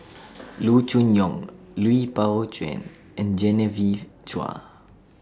Loo Choon Yong Lui Pao Chuen and Genevieve Chua